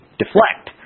deflect